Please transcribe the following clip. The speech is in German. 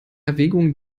erwägungen